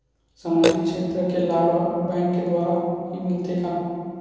सामाजिक क्षेत्र के लाभ हा बैंक के द्वारा ही मिलथे का?